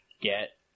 get